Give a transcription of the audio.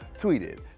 tweeted